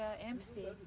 empty